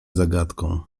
zagadką